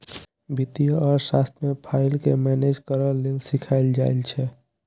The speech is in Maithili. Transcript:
बित्तीय अर्थशास्त्र मे पाइ केँ मेनेज करय लेल सीखाएल जाइ छै